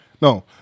No